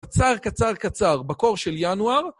קצר, קצר, קצר, בקור של ינואר.